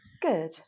Good